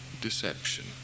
deception